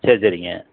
சரி சரிங்க